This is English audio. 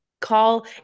Call